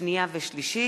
שנייה ולקריאה שלישית,